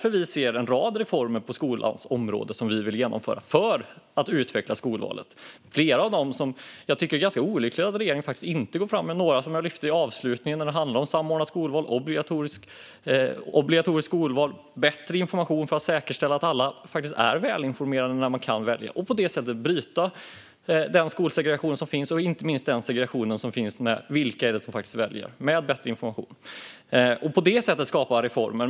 Vi vill genomföra en rad reformer på skolans område för att utveckla skolvalet. Jag tycker att det är ganska olyckligt att regeringen inte går fram med några av de förslag som jag lyfte i slutet av mitt anförande. Det handlar om samordnat skolval, obligatoriskt skolval och bättre information för att säkerställa att alla faktiskt är välinformerade när de kan välja. På det sättet kan man bryta den skolsegregation som finns. Det gäller inte minst den segregation som handlar om vilka som faktiskt väljer. Det handlar om bättre information och om att på detta sätt skapa reformer.